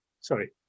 Sorry